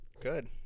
Good